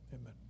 amen